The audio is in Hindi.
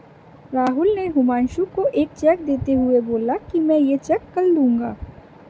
राहुल ने हुमांशु को एक चेक देते हुए बोला कि मैं ये चेक कल लूँगा